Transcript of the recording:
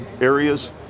areas